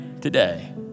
today